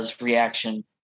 reaction